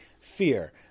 fear